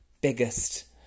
biggest